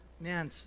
man